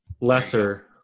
Lesser